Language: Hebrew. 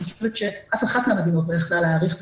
אני חושבת שאף אחת מהמדינות לא יכלה להעריך מראש.